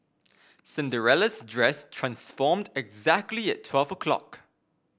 Cinderella's dress transformed exactly at twelve o'clock